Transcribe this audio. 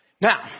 Now